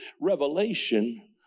revelation